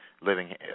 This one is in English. living